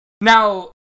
Now